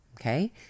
Okay